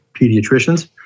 pediatricians